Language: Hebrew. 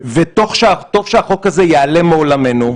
טוב שהחוק הזה ייעלם מעולמנו.